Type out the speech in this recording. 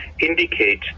indicate